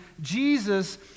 Jesus